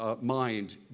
mind